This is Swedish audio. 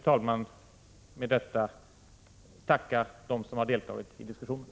Fru talman! Jag vill med detta tacka dem som har deltagit i diskussionen.